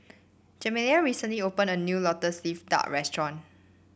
Jeremiah recently opened a new lotus leaf duck restaurant